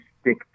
stick